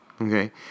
okay